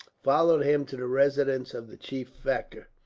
followed him to the residence of the chief factor.